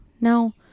Now